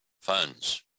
funds